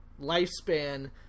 lifespan